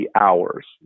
hours